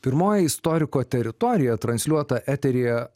pirmoji istoriko teritorija transliuota eteryje